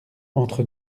entre